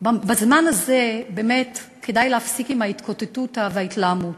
בזמן הזה כדאי להפסיק עם ההתקוטטות וההתלהמות.